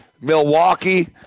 Milwaukee